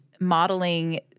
modeling